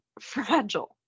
fragile